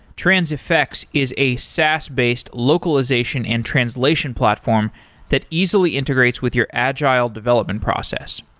transifex is a saas based localization and translation platform that easily integrates with your agile development process.